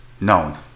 known